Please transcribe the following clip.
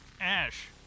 Ash